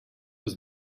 was